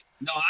no